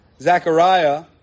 Zechariah